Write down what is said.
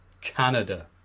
Canada